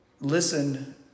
listen